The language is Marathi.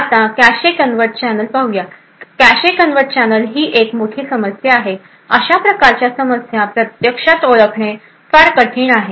आता कॅशे कन्वर्ट चॅनेल ही एक मोठी समस्या आहे अशा प्रकारच्या समस्या प्रत्यक्षात ओळखणे फार कठीण आहे